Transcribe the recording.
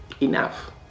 Enough